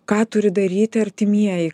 ką turi daryti artimieji